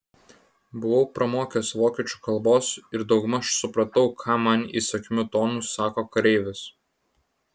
buvau pramokęs vokiečių kalbos ir daugmaž supratau ką man įsakmiu tonu sako kareivis